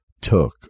took